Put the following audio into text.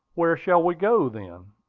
where shall we go, then?